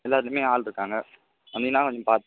எல்லாத்துையுமே ஆள் இருக்காங்க வந்தீங்கனா கொஞ்சம் பார்த்து